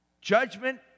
judgment